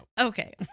Okay